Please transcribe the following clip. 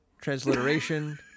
transliteration